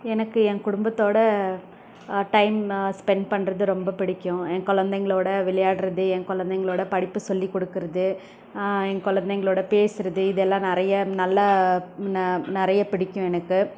எனக்கு என் குடும்பத்தோட டைம் ஸ்பென்ட் பண்ணுறது ரொம்ப பிடிக்கும் என் கொழந்தைங்களோட விளையாடுவது என் கொழந்தைங்களோட படிப்பு சொல்லி கொடுக்குறது என் கொழந்தைங்களோட பேசுவது இதெல்லாம் நிறையா நல்லா நிறையா பிடிக்கும் எனக்கு